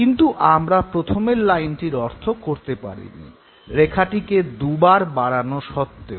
কিন্তু আমরা প্রথমের লাইনটির অর্থ করতে পারিনি রেখাটিকে দু'বার বাড়ানো সত্ত্বেও